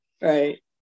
Right